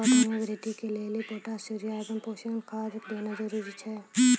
पौधा मे बृद्धि के लेली पोटास यूरिया एवं पोषण खाद देना जरूरी छै?